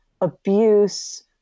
abuse